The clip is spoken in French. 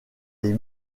les